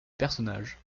personnage